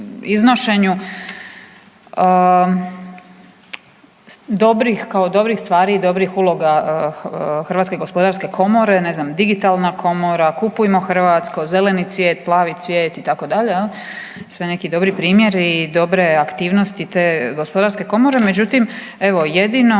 iznošenju dobrih, kao dobrih stvari i dobrih uloga HGK, ne znam „Digitalna komora“, „Kupujmo hrvatsko“, „Zeleni cvijet“, „Plavi cvijet“ itd., jel, sve neki dobri primjeri i dobre aktivnosti te gospodarske komore. Međutim, evo jedino